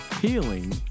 healing